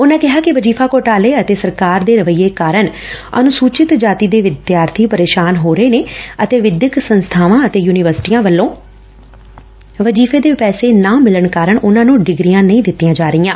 ਉਨੂਾ ਕਿਹਾ ਕਿ ਵਜੀਫਾ ਘੋਟਾਲੇ ਅਤੇ ਸਰਕਾਰ ਦੇ ਰੱਵਈਏ ਕਾਰਨ ਅਨੁਸੂਚਿਤ ਜਾਤੀ ਦੇ ਵਿਦਿਆਰਥੀ ਪ੍ਰੇਸ਼ਾਨ ਹੋ ਰਹੇ ਨੇ ਅਤੇ ਵਿਦਿਅਕ ਸੰਸਥਾਨਾਂ ਅਤੇ ਯੂਨੀਵਰਸਿਟੀਆਂ ਵੱਲੋਂ ਵਜੀਫ਼ੇ ਦੇ ਪੈਸੇ ਨਾ ਮਿਲਣ ਕਾਰਨ ਉਨ੍ਹਾਂ ਨੂੰ ਡਿਗਰੀਆਂ ਨਹੀਂ ਦਿੱਤੀਆਂ ਜਾ ਰਹੀਆਂ